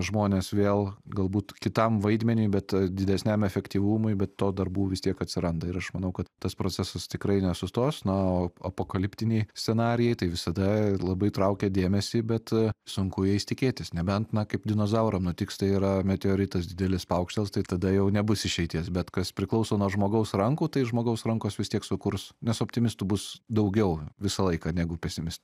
žmones vėl galbūt kitam vaidmeniui bet didesniam efektyvumui bet to darbų vis tiek atsiranda ir aš manau kad tas procesas tikrai nesustos na o apokaliptiniai scenarijai tai visada labai traukia dėmesį bet sunku jais tikėtis nebent na kaip dinozauram nutiks tai yra meteoritas didelis paukštels tai tada jau nebus išeities bet kas priklauso nuo žmogaus rankų tai žmogaus rankos vis tiek sukurs nes optimistų bus daugiau visą laiką negu pesimist